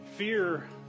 Fear